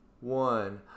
one